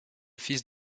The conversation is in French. fils